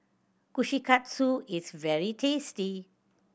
kushikatsu is very tasty